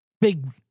Big